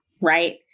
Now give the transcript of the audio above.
right